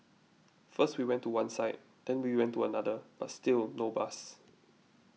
first we went to one side then we went to another but still no bus